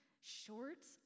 shorts